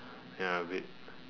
ya a bit